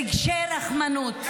ממש רגשי רחמנות.